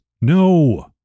No